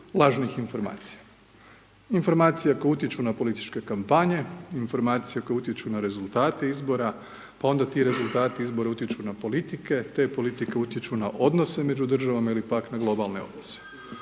lažnih informacija. Informacija koje utječu na političke kampanje, informacije koje utječu na rezultate izbora, pa onda ti rezultati izbora utječu na politike, te politike utječu na odnose među državama ili pak na globalnoj